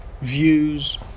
views